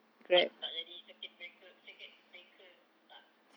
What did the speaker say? tak tak jadi circuit breaker circuit baker tak